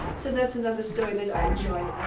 so that's another story that i enjoy.